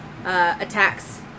attacks